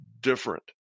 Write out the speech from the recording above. different